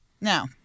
Now